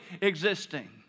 existing